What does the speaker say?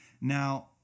Now